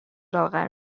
لاغر